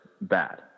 bad